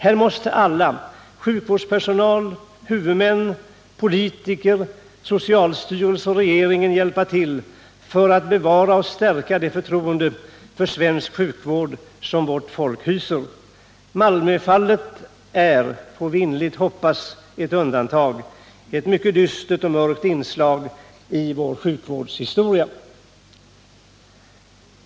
Här måste alla, sjukvårdspersonal, huvudmän, politiker, socialstyrelse och regering, hjälpas åt för att bevara och stärka det förtroende för svensk sjukvård som vårt folk hyser. Malmöfallet är — får vi innerligt hoppas — ett undantag, ett mycket dystert och mörkt inslag i vår sjukvårds historia.